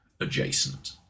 adjacent